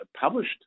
published